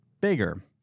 bigger